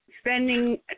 spending